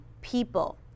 people